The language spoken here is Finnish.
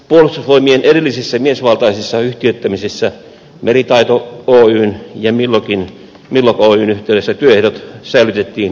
puolustusvoimien edellisissä miesvaltaisissa yhtiöittämisissä meritaito oyn ja millog oyn yhteydessä työehdot säilytettiin entisellään